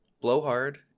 Blowhard